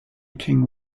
king